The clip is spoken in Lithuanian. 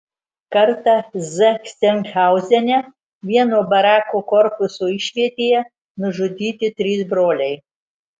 kartą zachsenhauzene vieno barako korpuso išvietėje nužudyti trys broliai